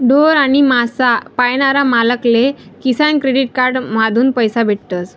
ढोर आणि मासा पायनारा मालक ले किसान क्रेडिट कार्ड माधून पैसा भेटतस